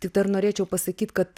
tik dar norėčiau pasakyt kad